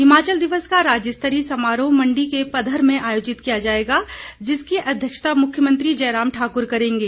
हिमाचल दिवस का राज्य स्तरीय समारोह मंडी के पधर में आयोजित किया जायेगा जिसकी अध्यक्षता मुख्यमंत्री जयराम ठाकर करेंगे